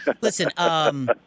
Listen